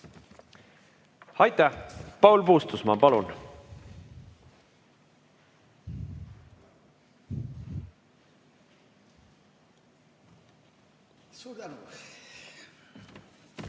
Aitäh! Paul Puustusmaa, palun!